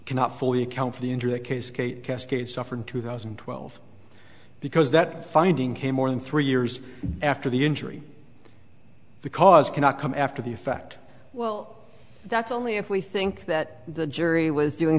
cannot fully account for the injury case kate cascade suffered two thousand and twelve because that finding came more than three years after the injury the cause cannot come after the fact well that's only if we think that the jury was doing